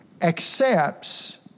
accepts